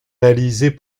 réalisés